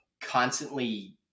constantly